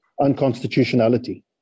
unconstitutionality